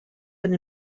been